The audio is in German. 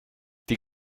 die